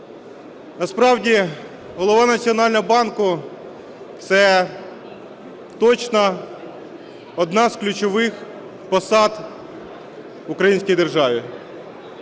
Насправді Голова Національного банку – це точно одна з ключових посад в українській державі.